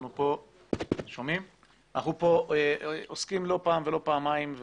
אנחנו כאן עוסקים לא פעם ולא פעמיים,